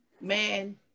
man